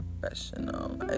professional